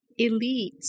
elites